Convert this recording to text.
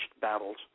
battles